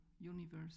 universe